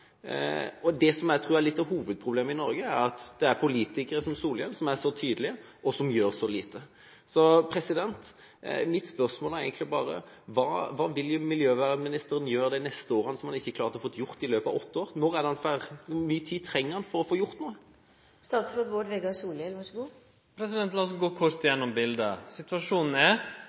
Det jeg tror er hovedproblemet i Norge, er at det er politikere, som Solhjell, som er så tydelige, men som gjør så lite. Mitt spørsmål er egentlig bare: Hva vil miljøvernministeren gjøre de neste årene, som han ikke har klart å gjøre i løpet av åtte år? Hvor mye tid trenger han for å få gjort noe? La oss gå kort gjennom bildet. Situasjonen er at norske klimagassutslepp dei siste åra har gått ned. Utsleppa frå det siste året vi har tal for, som er